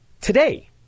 today